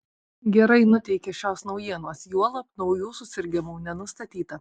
gerai nuteikia šios naujienos juolab naujų susirgimų nenustatyta